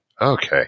Okay